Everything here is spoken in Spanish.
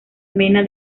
mena